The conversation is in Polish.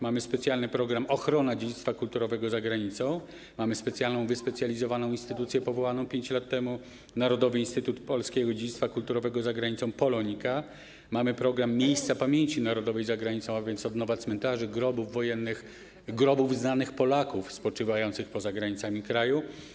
Mamy specjalny program ˝Ochrona dziedzictwa kulturowego za granicą˝, mamy wyspecjalizowaną instytucję powołaną 5 lat temu, tj. Narodowy Instytut Polskiego Dziedzictwa Kulturowego za Granicą POLONIKA, mamy program ˝Miejsca pamięci narodowej za granicą˝, a więc odnowa cmentarzy, grobów wojennych, grobów znanych Polaków spoczywających poza granicami kraju.